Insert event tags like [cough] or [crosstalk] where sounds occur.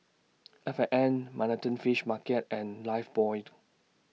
F and N Manhattan Fish Market and Lifebuoy [unintelligible]